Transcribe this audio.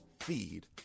feed